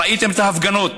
ראיתם את ההפגנות.